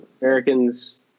Americans